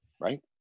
right